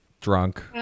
drunk